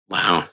Wow